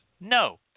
no